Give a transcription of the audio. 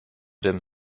dem